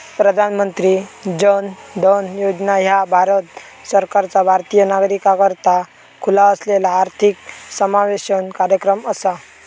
प्रधानमंत्री जन धन योजना ह्या भारत सरकारचा भारतीय नागरिकाकरता खुला असलेला आर्थिक समावेशन कार्यक्रम असा